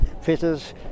fitters